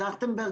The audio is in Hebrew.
טרכטנברג,